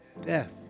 Death